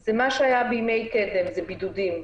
זה מה שהיה בימי קדם, זה בידודים.